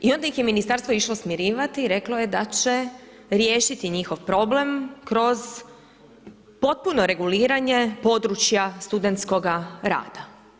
I onda ih je ministarstvo išlo smirivati i reklo je da će riješiti njihov problem kroz potpuno reguliranje područja studentskoga rada.